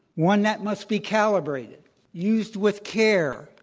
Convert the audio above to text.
one that must be calibrated used with care,